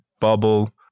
bubble